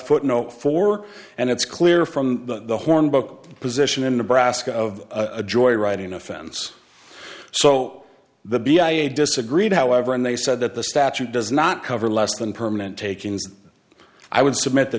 footnote four and it's clear from the hornbook position in nebraska of a joyride in a fence so the b i a disagreed however and they said that the statute does not cover less than permanent takings i would submit the